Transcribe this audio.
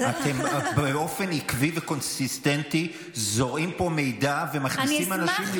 אתם באופן עקבי וקונסיסטנטי זורעים פה מידע ומכניסים אנשים להיסטריה.